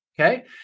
okay